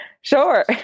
Sure